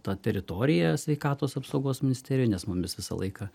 ta teritorija sveikatos apsaugos ministerija nes mumis visą laiką